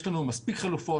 יש לנו מספיק חלופות,